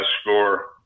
score